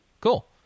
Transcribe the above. Cool